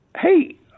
hey